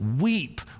weep